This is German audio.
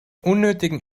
unnötigen